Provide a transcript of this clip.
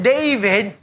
David